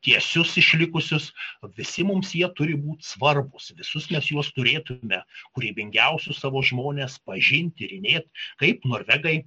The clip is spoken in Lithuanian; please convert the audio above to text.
tiesius išlikusius visi mums jie turi būt svarbūs visus mes juos turėtume kūrybingiausius savo žmones pažint tyrinėt kaip norvegai